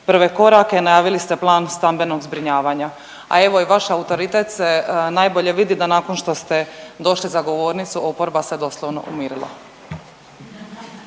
prve korake, najavili ste plan stambenog zbrinjavanja. A evo i vaš autoritet se najbolje vidi da nakon što ste došli za govornicu oporba se doslovce umirila.